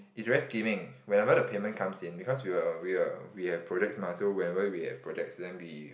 is very skimming whenever the payment comes in because we will we will we have projects mah whenever we have projects then we